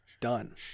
done